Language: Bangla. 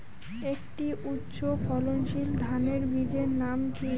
একটি উচ্চ ফলনশীল ধানের বীজের নাম কী?